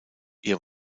ihr